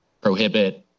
prohibit